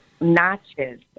notches